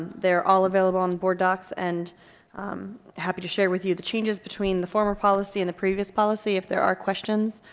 they're all available on the board docs and happy to share with you the changes between the former policy and the previous policy. if there are questions,